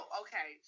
okay